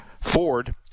Ford